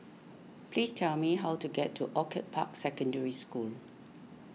please tell me how to get to Orchid Park Secondary School